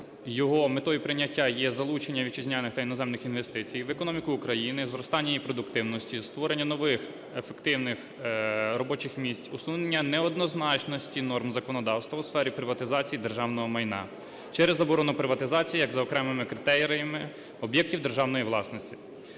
його метою прийняття є залучення вітчизняних та іноземних інвестицій в економіку України, зростання її продуктивності, створення нових ефективних робочих місць, усунення неоднозначності норм законодавства у сфері приватизації державного майна через заборону приватизації як за окремими критеріями об'єктів державної власності.